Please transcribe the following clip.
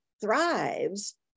thrives